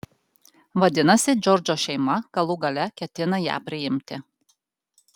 vadinasi džordžo šeima galų gale ketina ją priimti